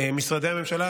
משרדי הממשלה,